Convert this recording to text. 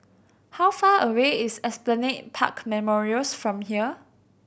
how far away is Esplanade Park Memorials from here